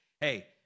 hey